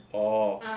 orh